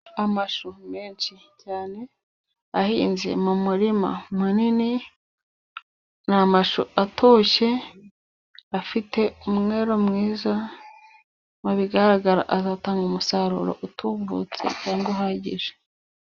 Amashu menshi cyane ahinze mu murima munini. Ni amashu atoshye, afite umweru mwiza, mu bigaragara azatanga umusaruro utumbutse kandi uhagije.